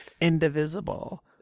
indivisible